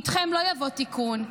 איתכם לא יבוא תיקון.